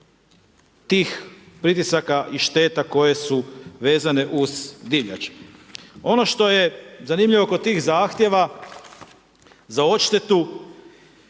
tih pritisaka i šteta koje su vezane uz divljač. Ono što je zanimljivo kod tih zahtjeva za odštetu,